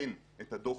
וייתן את הדוח